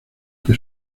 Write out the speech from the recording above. que